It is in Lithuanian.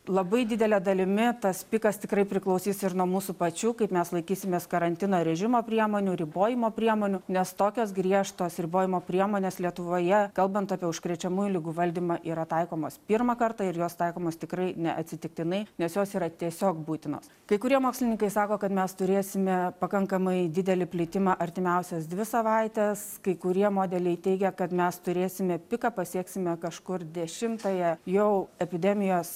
labai didele dalimi tas pikas tikrai priklausys ir nuo mūsų pačių kaip mes laikysimės karantino režimo priemonių ribojimo priemonių nes tokios griežtos ribojimo priemonės lietuvoje kalbant apie užkrečiamųjų ligų valdymą yra taikomos pirmą kartą ir jos taikomos tikrai neatsitiktinai nes jos yra tiesiog būtinos kai kurie mokslininkai sako kad mes turėsime pakankamai didelį plitimą artimiausias dvi savaites kai kurie modeliai teigia kad mes turėsime piką pasieksime kažkur dešimtąją jau epidemijos